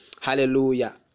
Hallelujah